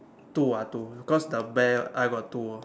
two ah two cause the bear I got two